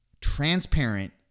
transparent